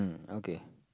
okay